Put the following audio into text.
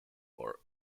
for